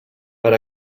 per